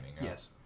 Yes